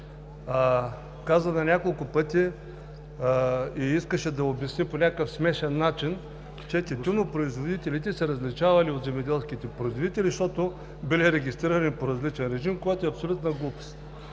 каза на няколко пъти и искаше да обясни по някакъв смешен начин, че тютюнопроизводителите се различавали от земеделските производители, защото били регистрирани по различен режим, което е абсолютна глупост.